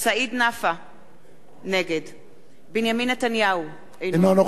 נגד בנימין נתניהו, אינו נוכח חנא סוייד,